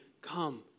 come